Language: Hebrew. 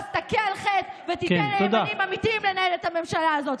אז תכה על חטא ותיתן לימנים אמיתיים לנהל את הממשלה הזאת.